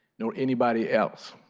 nor anybody else.